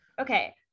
Okay